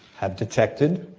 have detected,